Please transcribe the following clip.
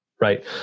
Right